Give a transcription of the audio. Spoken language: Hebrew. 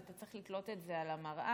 ואתה צריך לתלות את זה על המראה.